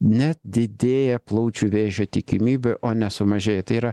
net didėja plaučių vėžio tikimybė o nesumažėja tai yra